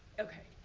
okay,